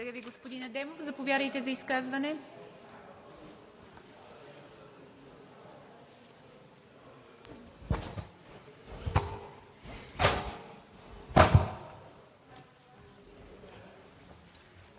Благодаря Ви, господин Адемов. Заповядайте за изказване.